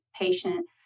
patient